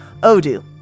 Odoo